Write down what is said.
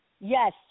Yes